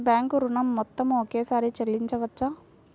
Bank ఋణం మొత్తము ఒకేసారి చెల్లించవచ్చా?